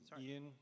Ian